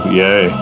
yay